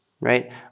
right